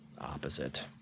opposite